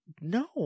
No